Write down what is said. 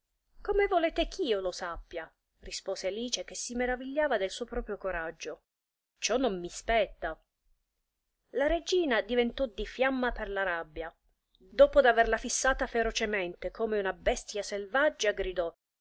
come volete ch'io lo sappia rispose alice che si meravigliava del suo proprio coraggio ciò non mi spetta la regina diventò di fiamma per la rabbia dopo d'averla fissata ferocemente come una bestia selvaggia gridò